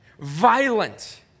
violent